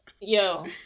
Yo